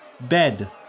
bed